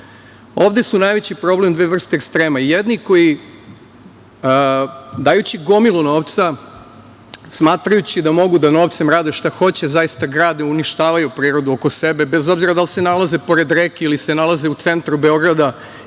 Ovde su najveći problem dve vrste ekstrema, jedni koji dajući gomilu novca, smatrajući da novcem mogu da rade šta hoće zaista grade, uništavaju prirodu oko sebe, bez obzira da li se nalaze pored reke ili se nalaze u centru Beograda